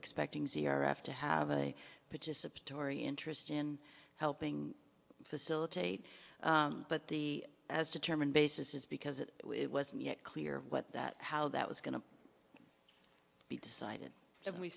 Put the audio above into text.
expecting c r have to have a participatory interest in helping facilitate but the as determined basis is because it wasn't yet clear what that how that was going to be decided and we